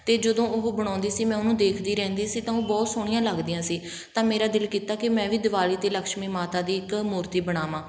ਅਤੇ ਜਦੋਂ ਉਹ ਬਣਾਉਂਦੀ ਸੀ ਮੈਂ ਉਹਨੂੰ ਦੇਖਦੀ ਰਹਿੰਦੀ ਸੀ ਤਾਂ ਉਹ ਬਹੁਤ ਸੋਹਣੀਆਂ ਲੱਗਦੀਆਂ ਸੀ ਤਾਂ ਮੇਰਾ ਦਿਲ ਕੀਤਾ ਕਿ ਮੈਂ ਵੀ ਦਿਵਾਲੀ 'ਤੇ ਲਕਸ਼ਮੀ ਮਾਤਾ ਦੀ ਇੱਕ ਮੂਰਤੀ ਬਣਾਵਾਂ